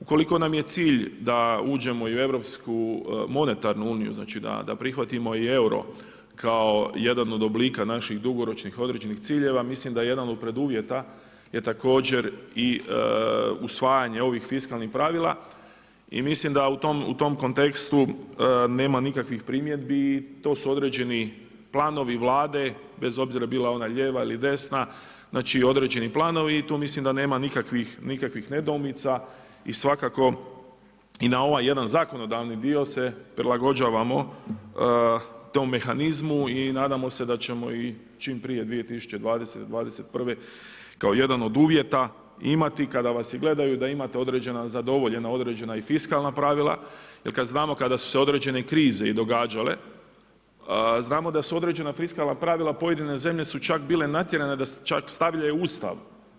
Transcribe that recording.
Ukoliko nam je cilj da uđemo i u Europsku monetarnu uniju, znači da prihvatimo i euro kao jedan od oblika naših dugoročnih određenih ciljeva, mislim da je jedan od preduvjeta je također i usvajanje ovih fiskalnih pravila i mislim da u tom kontekstu nema nikakvih primjedbi i to su određeni planovi Vlade, bez obzira bila ona lijeva ili desna, znači određeni planovi i tu mislim da nema nikakvih nedoumica i svakako i na ovaj jedan zakonodavni dio se prilagođavamo tom mehanizmu i nadamo se da ćemo i čim prije 2020., 2021. kao jedan od uvjeta imati kada vas i gledaju, da imate određena zadovoljena određena i fiskalna pravila jer kad znamo kada su se određene krize i događale, znamo da su određena fiskalna pravila pojedine zemlje su čak bile natjerane da čak stavljaju u Ustav.